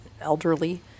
elderly